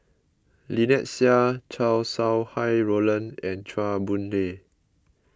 Lynnette Seah Chow Sau Hai Roland and Chua Boon Lay